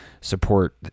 support